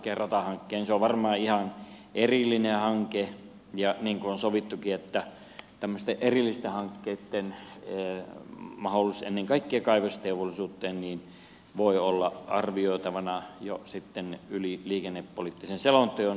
se on varmaan ihan erillinen hanke ja niin kuin on sovittukin tämmöisten erillisten hankkeitten mahdollisuus ennen kaikkea kaivosteollisuuteen voi olla arvioitavana jo sitten yli liikennepoliittisen selonteon